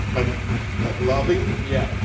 like like loving. yeah.